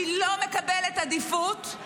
לא מקבלת עדיפות,